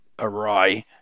Awry